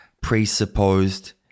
presupposed